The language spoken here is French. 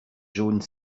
jaunes